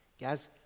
Guys